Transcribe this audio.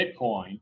Bitcoin